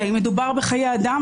מדובר בחיי אדם,